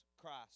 Christ